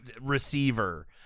receiver